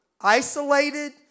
isolated